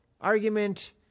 argument